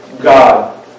God